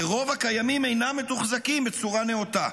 ורוב הקיימים אינם מתוחזקים בצורה נאותה.